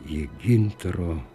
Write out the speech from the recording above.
ji gintaro